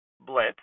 blitz